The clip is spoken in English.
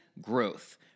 growth